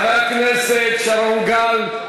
חבר הכנסת שרון גל,